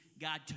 God